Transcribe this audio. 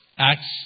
Acts